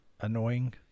annoying